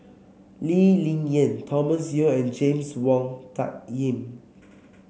Lee Ling Yen Thomas Yeo and James Wong Tuck Yim